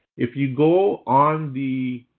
if you go on the